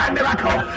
Miracle